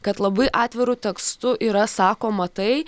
kad labai atviru tekstu yra sakoma tai